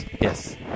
Yes